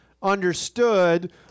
understood